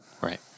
Right